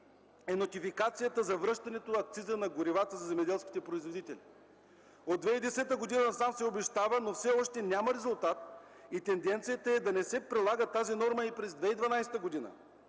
е нотификацията за връщането на акциза на горивата за земеделските производители! От 2010 г. само се обещава, но все още няма резултат и тенденцията е да не се прилага тази норма и през 2012 г.!